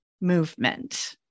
movement